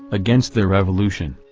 against the revolution.